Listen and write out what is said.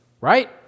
right